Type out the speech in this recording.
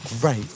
great